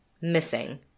missing